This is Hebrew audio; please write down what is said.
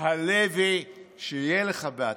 הלוי, שיהיה לך בהצלחה.